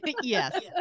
Yes